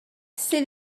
sydd